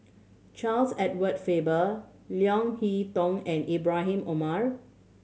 Charles Edward Faber Leo Hee Tong and Ibrahim Omar